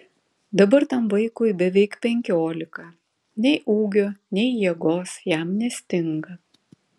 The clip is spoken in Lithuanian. dabar tam vaikui beveik penkiolika nei ūgio nei jėgos jam nestinga